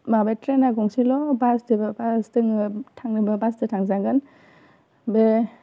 माबा ट्रेना गंसेल' बासदोबो बास दोङो थांनोबा बासजों थांजागोन बे